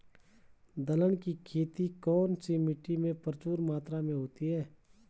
दलहन की खेती कौन सी मिट्टी में प्रचुर मात्रा में होती है?